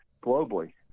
globally